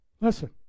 Listen